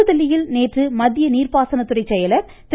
புதுதில்லியில் நேற்று மத்திய நீர்ப்பாசனத்துறை செயலர் திரு